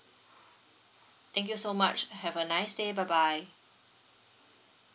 thank you so much have a nice day bye bye